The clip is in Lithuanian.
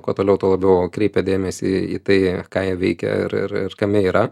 kuo toliau tuo labiau kreipia dėmesį į tai ką jie veikia ir ir ir kame yra